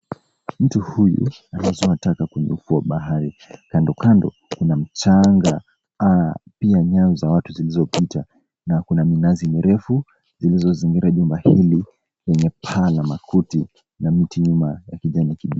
Mtu huyu anatupa taka kwenye ufuo wa bahari kando kando, kuna mchanga pia nyaya za watu zilizo pita na kuna minazi mirefu zilizo zingira jumba hili yenye paa la makuti na miti ya kijani kibichi.